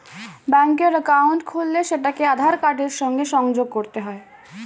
ব্যাঙ্কের অ্যাকাউন্ট খুললে সেটাকে আধার কার্ডের সাথে সংযোগ করতে হয়